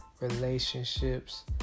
relationships